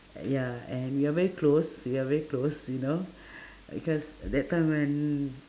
ya and we are very close we are very close you know because that time when